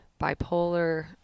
bipolar